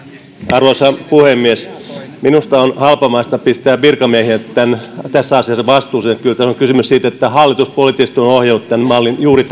arvoisa puhemies minusta on halpamaista pistää virkamiehiä tässä asiassa vastuuseen kyllä tässä on kysymys siitä että hallitus poliittisesti on ohjannut tämän mallin juuri